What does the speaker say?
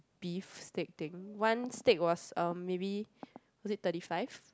beef steak thing one steak was um maybe was it thirty five